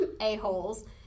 a-holes